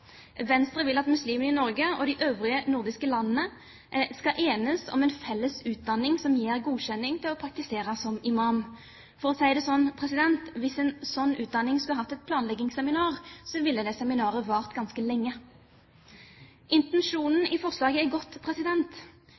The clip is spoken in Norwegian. Venstre vil at muslimer i Norge og de øvrige nordiske landene skal enes om en felles utdanning som gir godkjenning til å praktisere som imam. For å si det sånn: Hvis en slik utdanning skulle hatt et planleggingsseminar, så ville det seminaret vart ganske lenge. Intensjonen i forslaget er